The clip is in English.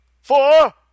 four